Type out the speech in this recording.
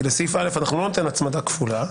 כי לסעיף (א) אנחנו לא ניתן הצמדה כפולה.